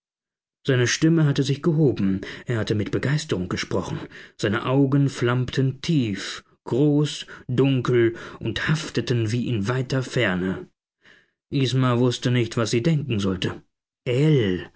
seine stimme hatte sich gehoben er hatte mit begeisterung gesprochen seine augen flammten tief groß dunkel und hafteten wie in weiter ferne isma wußte nicht was sie denken sollte